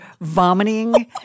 vomiting